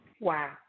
Wow